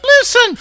listen